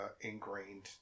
ingrained